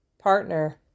partner